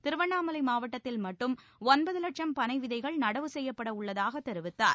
திருவண்ணாலை மாவட்டத்தில் மட்டும் ஒன்பது வட்சம் பனை விதைகள் நடவு செய்யப்பட உள்ளதாகத் தெரிவித்தார்